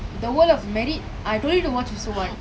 the world of married I told you to watch also [what]